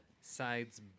sides